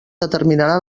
determinarà